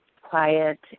quiet